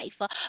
life